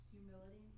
Humility